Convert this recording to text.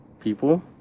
people